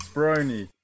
Brony